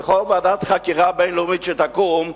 כי כל ועדת חקירה בין-לאומית שתקום,